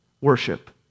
worship